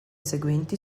seguenti